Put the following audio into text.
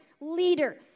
leader